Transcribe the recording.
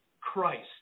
Christ